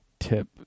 Tip